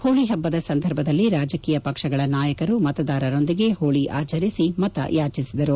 ಹೋಳಿ ಹಬ್ಬದ ಸಂದರ್ಭದಲ್ಲಿ ರಾಜಕೀಯ ಪಕ್ಷಗಳ ನಾಯಕರು ಮತದಾರರೊಂದಿಗೆ ಹೋಳಿ ಆಚರಿಸಿ ಮತಯಾಚಿಸಿದರು